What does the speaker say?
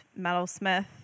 Metalsmith